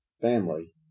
family